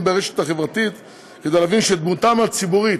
ברשת החברתית כדי להבין שדמותם הציבורית,